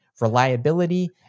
reliability